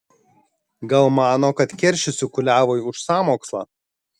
gal mano kad keršysiu kuliavui už sąmokslą